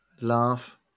laugh